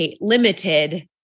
limited